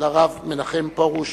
לרב מנחם פרוש,